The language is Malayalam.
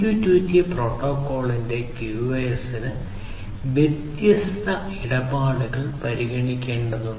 MQTT പ്രോട്ടോക്കോളിന്റെ QoS ന് വ്യത്യസ്ത ഇടപാടുകൾ പരിഗണിക്കേണ്ടതുണ്ട്